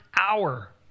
hour